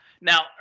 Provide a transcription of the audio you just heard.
Now